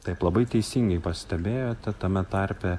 taip labai teisingai pastebėjote tame tarpe